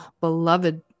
beloved